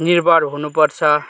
निर्भर हुनुपर्छ